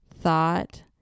thought